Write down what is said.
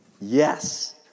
Yes